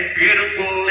beautiful